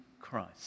Christ